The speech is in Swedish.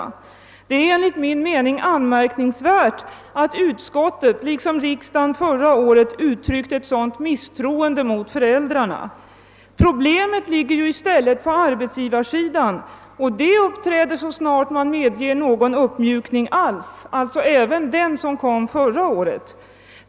Det är enligt min mening anmärkningsvärt att utskottet liksom riksdagen förra året uttryckt ett sådant misstroende mot föräldrarna. Problemet ligger i stället på arbetsgivarsidan och uppträder ju så snart man medger någon som helst uppmjukning alltså även den som genomfördes förra året.